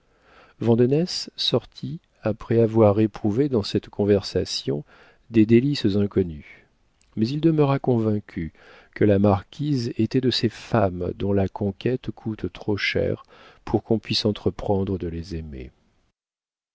soleil vandenesse sortit après avoir éprouvé dans cette conversation des délices inconnues mais il demeura convaincu que la marquise était de ces femmes dont la conquête coûte trop cher pour qu'on puisse entreprendre de les aimer